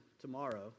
tomorrow